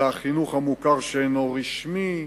זה החינוך המוכר שאינו רשמי,